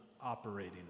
operating